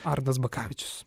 arnas bakavičius